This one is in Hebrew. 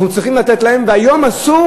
אנחנו צריכים לתת להם תשובות, והיום אסור